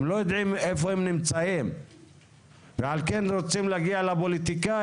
הם לא יודעים איפה הם מצאים ועל כן רוצים להגיע לפוליטיקאים,